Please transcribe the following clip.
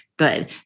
Good